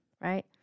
right